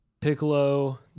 Piccolo